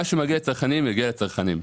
ומה שמגיע לצרכנים יגיע לצרכנים.